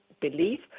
belief